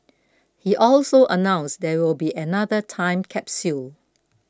he also announced there will be another time capsule